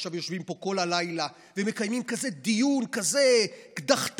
ועכשיו יושבים פה כל הלילה ומקיימים דיון כזה קדחתני,